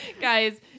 Guys